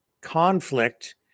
conflict